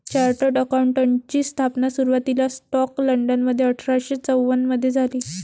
chartered अकाउंटंटची स्थापना सुरुवातीला स्कॉटलंडमध्ये अठरा शे चौवन मधे झाली